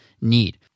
need